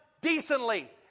decently